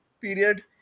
period